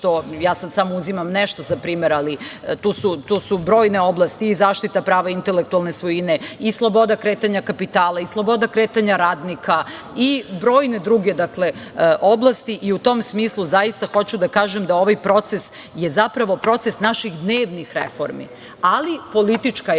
Sada samo uzimam nešto za primer, ali tu su brojne oblasti i zaštita prava intelektualne svojine i sloboda kretanja kapitala i sloboda kretanja radnika i brojne druge oblasti i u tom smislu zaista hoću da kažem da je ovaj proces zapravo proces naših dnevnih reformi, ali politička je